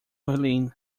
helene